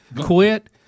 Quit